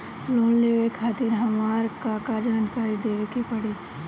Loan लेवे खातिर हमार का का जानकारी देवे के पड़ी?